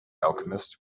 alchemist